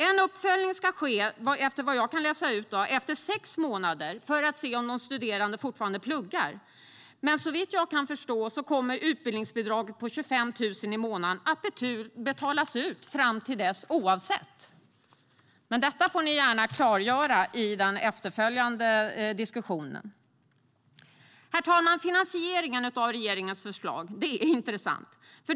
En uppföljning ska ske efter sex månader, vad jag kan läsa ut, för att se om de studerande fortfarande pluggar. Men såvitt jag kan förstå kommer utbildningsbidraget på 25 000 kronor i månaden att betalas ut fram till dess oavsett om de studerar. Detta får ni gärna klargöra i den efterföljande diskussionen. Herr talman! Finansieringen av regeringens förslag är intressant.